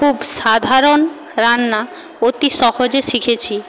খুব সাধারণ রান্না অতি সহজে শিখেছি